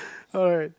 alright